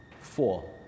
four